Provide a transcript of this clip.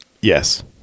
yes